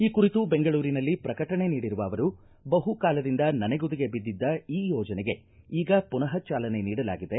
ಈ ಕುರಿತು ಬೆಂಗಳೂರಿನಲ್ಲಿ ಪ್ರಕಟಣೆ ನೀಡಿರುವ ಅವರು ಬಹುಕಾಲದಿಂದ ನನೆಗುದಿಗೆ ಬಿದ್ದಿದ್ದ ಈ ಯೋಜನೆಗೆ ಈಗ ಮನಃ ಚಾಲನೆ ನೀಡಲಾಗಿದೆ